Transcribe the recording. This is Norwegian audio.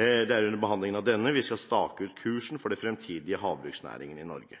Det er under behandlingen av denne vi skal stake ut kursen for den fremtidige havbruksnæringen i Norge.